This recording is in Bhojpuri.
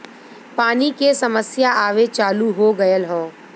पानी के समस्या आवे चालू हो गयल हौ